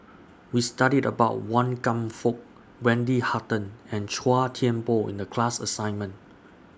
We studied about Wan Kam Fook Wendy Hutton and Chua Thian Poh in The class assignment